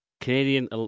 Canadian